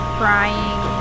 crying